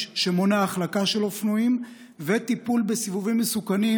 שמונע החלקה של אופנועים וטיפול בסיבובים מסוכנים,